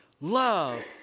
love